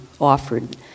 offered